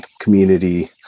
community